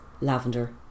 Lavender